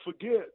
forget